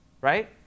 right